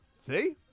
See